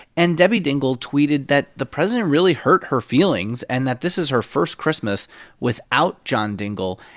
and debbie dingell tweeted that the president really hurt her feelings and that this is her first christmas without john dingell.